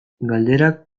galderak